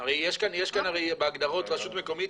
הרי יש בהגדרות רשות מקומית,